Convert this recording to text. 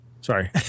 Sorry